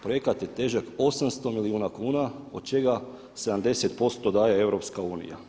Projekat je težak 800 milijuna kuna od čega 70% daje EU.